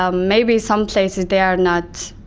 ah maybe some places they are not